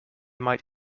might